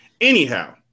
anyhow